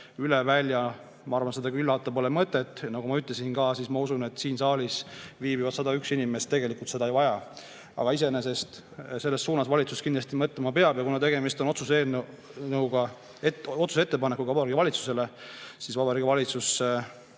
üle välja, ma arvan, seda külvata pole mõtet. Nagu ma ütlesin, ma usun, et siin saalis viibivad 101 inimest seda tegelikult ei vaja. Aga iseenesest selles suunas valitsus kindlasti mõtlema peab ja kuna tegemist on otsuse eelnõuga, ettepanekuga Vabariigi Valitsusele, siis Vabariigi Valitsus